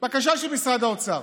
בקשה של משרד האוצר